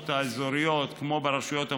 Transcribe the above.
האזוריות יהיה כמו ברשויות המקומיות,